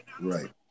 Right